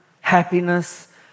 happiness